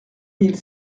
mille